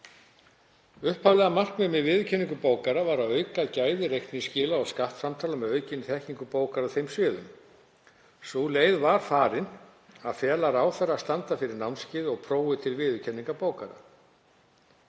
Upphaflega markmiðið með viðurkenningu bókara var að auka gæði reikningsskila og skattframtala með aukinni þekkingu bókara á þeim sviðum. Sú leið var farin að fela ráðherra að standa fyrir námskeiði og prófi til viðurkenningar bókara